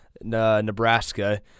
Nebraska